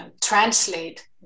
translate